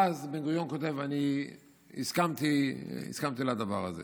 ואז בן-גוריון כותב: אני הסכמתי לדבר הזה.